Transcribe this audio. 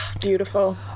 Beautiful